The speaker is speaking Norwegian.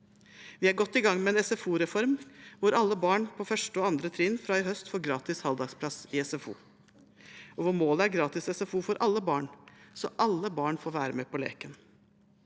Vi er godt i gang med en SFO-reform, hvor alle barn på 1. og 2. trinn fra i høst får gratis halvdagsplass i SFO, og hvor målet er gratis SFO for alle barn, så alle barn får være med på leken.